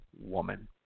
woman